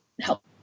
help